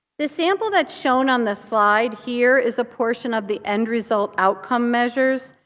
the sample that's shown on the slide here is a portion of the end-result outcome measures.